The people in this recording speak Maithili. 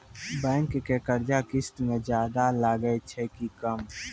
बैंक के कर्जा किस्त मे ज्यादा लागै छै कि कम?